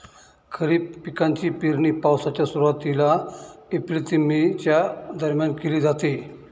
खरीप पिकांची पेरणी पावसाच्या सुरुवातीला एप्रिल ते मे च्या दरम्यान केली जाते